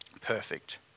perfect